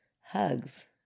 Hugs